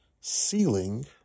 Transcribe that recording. ceiling